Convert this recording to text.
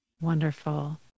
Wonderful